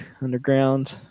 underground